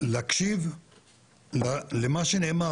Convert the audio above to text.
להקשיב למה שנאמר,